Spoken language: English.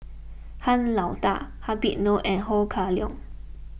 Han Lao Da Habib Noh and Ho Kah Leong